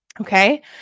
Okay